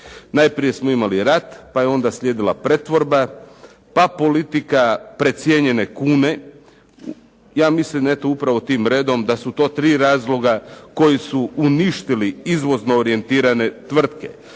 Najprije smo imali rat pa je onda slijedila pretvorba, pa politika precijenjene kune. Ja mislim eto upravo tim redom da su to tri razloga koji su uništili izvozno orijentirane tvrtke.